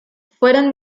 fueron